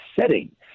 setting